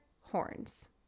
horns